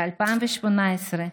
ב-2018,